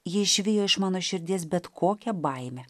ji išvijo iš mano širdies bet kokią baimę